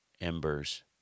embers